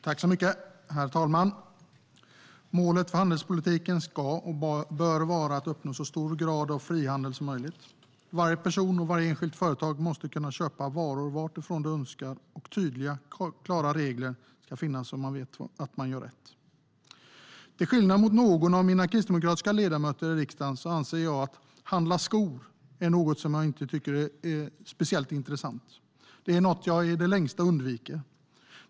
Herr talman! Målet för handelspolitiken ska och bör vara att uppnå så stor grad av frihandel som möjligt. Varje person och varje enskilt företag måste kunna köpa varor varifrån de önskar, och tydliga, klara regler ska finnas, så att man vet att man gör rätt. Till skillnad mot någon av mina kristdemokratiska ledamöter i riksdagen anser jag att detta att handla skor inte är speciellt intressant. Det är något som jag i det längsta undviker.